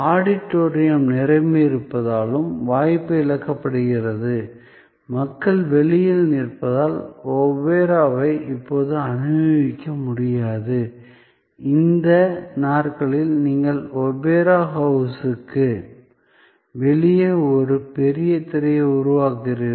auditorium நிரம்பியிருப்பதாலும் வாய்ப்பு இழக்கப்படுகிறது மக்கள் வெளியில் நிற்பதால் ஓபராவை இப்போது அனுபவிக்க முடியாது இந்த நாட்களில் நீங்கள் ஓபரா ஹவுஸுக்கு வெளியே ஒரு பெரிய திரையை உருவாக்குகிறீர்கள்